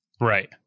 right